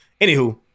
Anywho